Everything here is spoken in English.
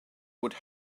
would